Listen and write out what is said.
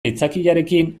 aitzakiarekin